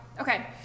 Okay